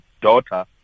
daughter